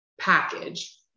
package